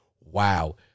wow